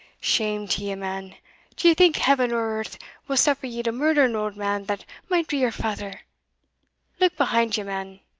shame to ye, man do ye think heaven or earth will suffer ye to murder an auld man that might be your father look behind ye, man!